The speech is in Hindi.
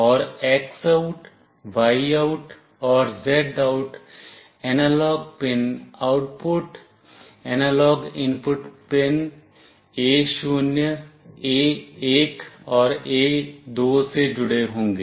और X OUT Y OUT और Z OUT analog pin output analog input pin A0 A1 और A2 से जुड़े होंगे